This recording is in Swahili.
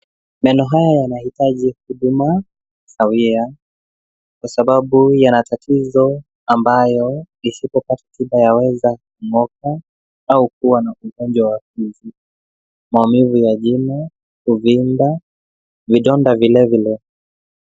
Meno haya yanahitaji huduma sawia, kwa sababu yana tatizo ambayo isipopata katiba ya weza ng'oka au kuwa na ugonjwa wa fivi ,maumivu ya jino, kuvimba, vidonda vilevile.